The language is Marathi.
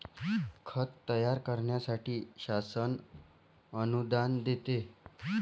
खत तयार करण्यासाठी शासन अनुदान देते